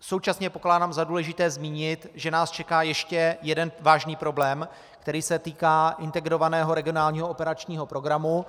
Současně pokládám za důležité zmínit, že nás čeká ještě jeden vážný problém, který se týká Integrovaného regionálního operačního programu.